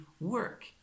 work